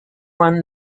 won